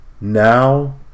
now